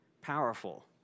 powerful